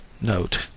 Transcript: note